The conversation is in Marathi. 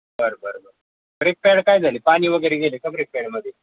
बर बर बं ब्रेकपॅड काय झाले पाणी वगैरे गेले का ब्रेकपॅडमध्ये